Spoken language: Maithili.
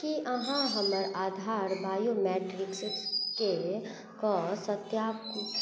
की अहाँ हमर आधार बायोमेट्रिक्सके सत्या